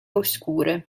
oscure